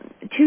two